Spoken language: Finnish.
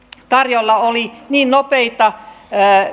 tarjolla oli niin nopeita